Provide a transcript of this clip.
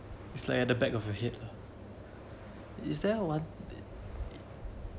it's like at the back of your head lah is there one